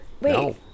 wait